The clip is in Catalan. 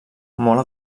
molt